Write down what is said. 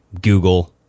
Google